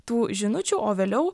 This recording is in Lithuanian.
tų žinučių o vėliau